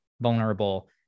vulnerable